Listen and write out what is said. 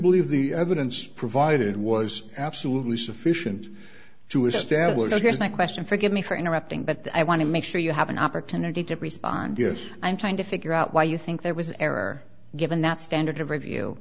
believe the evidence provided was absolutely sufficient to establish i guess my question forgive me for interrupting but i want to make sure you have an opportunity to respond yes i'm trying to figure out why you think there was error given that standard of review